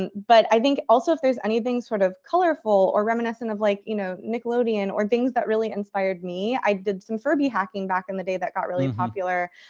and but i think also if there's anything sort of colorful or reminiscent of, like, you know nickelodeon, or things that really inspired me. i did some furby hacking back in the day that got really and popular.